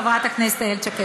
חברת הכנסת איילת שקד,